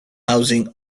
housing